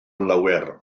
lawer